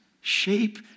shape